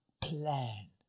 plan